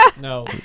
no